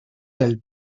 del